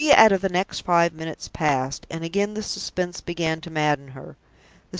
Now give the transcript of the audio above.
three out of the next five minutes passed, and again the suspense began to madden her.